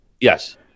Yes